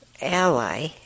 ally